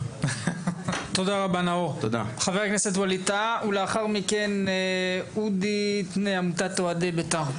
חבר הכנסת ווליד טאהא ואחריו אודי מעמותת אוהדי בית"ר.